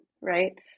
right